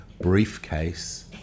briefcase